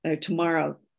tomorrow